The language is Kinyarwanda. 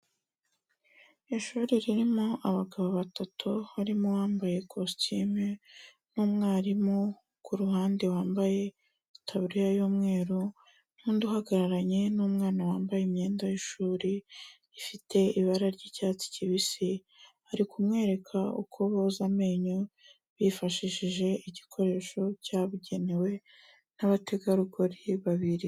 Ishuri ririmo abagabo batatu, harimo uwambaye kositime n'umwarimu ku ruhande wambaye itaburiya y'umweru n'undi uhagararanye n'umwana wambaye imyenda y'ishuri ifite ibara ry'icyatsi kibisi, ari kumwereka uko boza amenyo bifashishije igikoresho cyabugenewe n'abategarugori babiri.